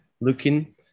looking